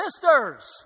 sisters